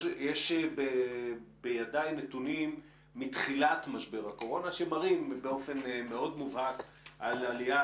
יש בידיי נתונים מתחילת משבר הקורונה שמראים באופן מאוד מובהק על עלייה